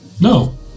No